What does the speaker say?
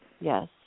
Yes